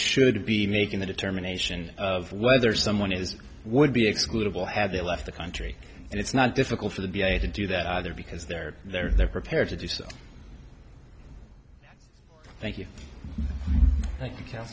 should be making the determination of whether someone is would be excludable had they left the country and it's not difficult for the v a to do that either because they're there they're prepared to do so thank you thank you can